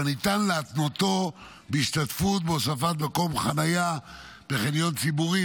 אבל ניתן להתנותו בהשתתפות בהוספת מקום חניה בחניון ציבורי,